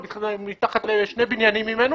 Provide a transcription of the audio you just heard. הוא מתחת לשני בניינים ממנו.